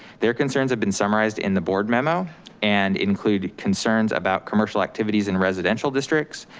their concerns have been summarized in the board memo and include concerns about, commercial activities in residential districts,